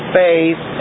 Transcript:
faith